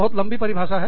बहुत लंबी परिभाषा है